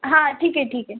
हा ठीक आहे ठीक आहे